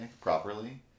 properly